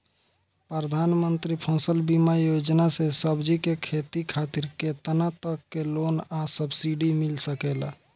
प्रधानमंत्री फसल बीमा योजना से सब्जी के खेती खातिर केतना तक के लोन आ सब्सिडी मिल सकेला?